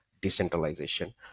decentralization